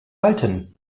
halten